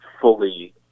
fully